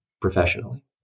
professionally